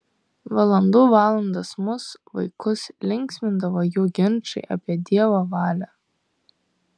valandų valandas mus vaikus linksmindavo jų ginčai apie dievo valią